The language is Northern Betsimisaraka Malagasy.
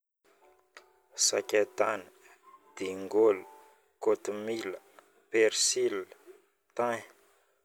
sakay tany, dingôlo, kotomila, percile, tain